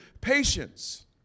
patience